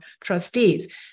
trustees